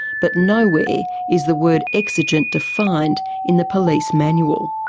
but nowhere is the word exigent defined in the police manual.